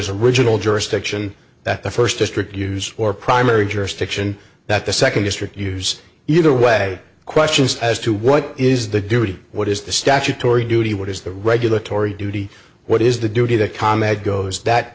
words original jurisdiction that the first district use or primary jurisdiction that the second district use either way questions as to what is the duty what is the statutory duty what is the regulatory duty what is the duty to comment goes that